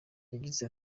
yagize